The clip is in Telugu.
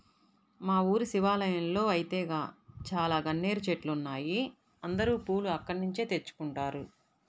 మా ఊరి శివాలయంలో ఐతే చాలా గన్నేరు చెట్లున్నాయ్, అందరూ పూలు అక్కడ్నుంచే తెచ్చుకుంటారు